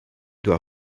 doit